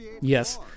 Yes